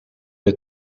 het